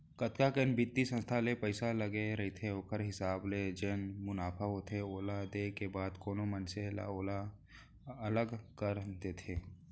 जतका के बित्तीय संस्था के पइसा लगे रहिथे ओखर हिसाब ले जेन मुनाफा होथे ओला देय के बाद कोनो मनसे ह ओला अलग कर देथे